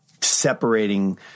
separating